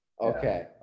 Okay